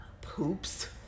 poops